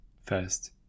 First